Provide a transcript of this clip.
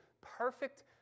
perfect